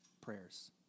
prayers